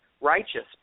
Righteous